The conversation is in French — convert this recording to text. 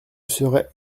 serais